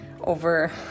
over